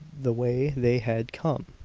the way they had come!